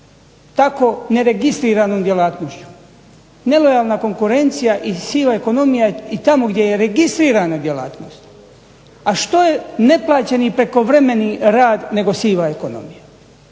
tako neregistriranom djelatnošću, nelojalna konkurencija i siva ekonomija je i tamo gdje je registrirana djelatnost. A što je neplaćeni prekovremeni rad nego siva ekonomija?